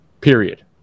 period